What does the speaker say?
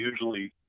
usually